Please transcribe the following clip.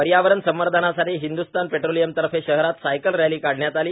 पर्यावरण संवर्धनासाठी हिंदुस्थान पेट्रोलियमतर्फे शहरात सायकल रॅली काढण्यात आली